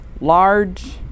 large